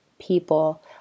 people